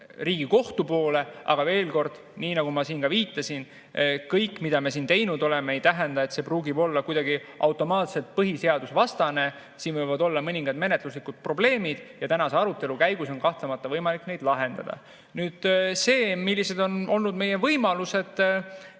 Riigikohtu poole. Aga veel kord: nii nagu ma siin viitasin, kõik, mida me siin teinud oleme, ei pruugi olla kuidagi automaatselt põhiseadusvastane. Siin võivad olla mõningad menetluslikud probleemid ja tänase arutelu käigus on kahtlemata võimalik neid lahendada. Nüüd sellest, millised on olnud meie võimalused